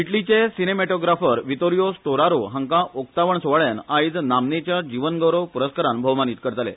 इटलीचे cinematographer Vittorio Storaro हांका उक्तावण स्वाळ्यान आयज नामनेच्या जीवनगौरव पुरस्कारान भौमानित करतले